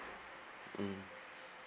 mm